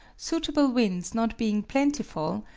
suitable winds not being plentiful,